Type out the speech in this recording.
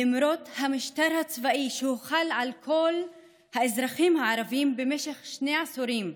למרות המשטר הצבאי שהוחל על כל האזרחים הערבים במשך שני עשורים,